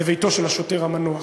בביתו של השוטר המנוח.